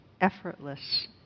effortless